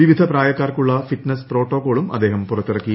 വിവിധ പ്രായക്കാർക്കുള്ള ഫിറ്റ്നസ്സ് പ്രോട്ടോക്കോളും അദ്ദേഹം പുറത്തിറക്കി